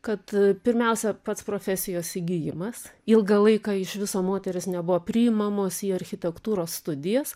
kad pirmiausia pats profesijos įgijimas ilgą laiką iš viso moterys nebuvo priimamos į architektūros studijas